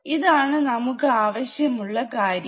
ഇതാണ് നമുക്ക് ആവശ്യമുള്ള കാര്യം